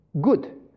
good